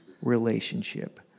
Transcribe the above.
relationship